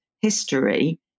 history